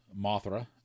Mothra